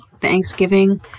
thanksgiving